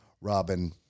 Robin